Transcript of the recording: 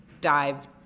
dive